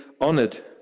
honored